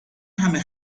همه